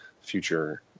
future